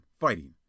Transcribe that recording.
fighting